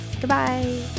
Goodbye